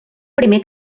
primer